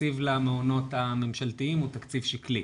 התקציב למעונות הממשלתיים הוא תקציב שקלי.